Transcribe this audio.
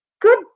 Good